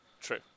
True